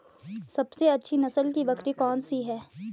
सबसे अच्छी नस्ल की बकरी कौन सी है?